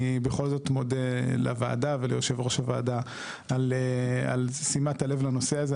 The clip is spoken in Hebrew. אני בכל זאת מודה לוועדה ליו"ר הוועדה על שימת הלב לנושא הזה.